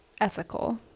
ethical